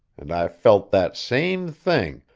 and i felt that same thing,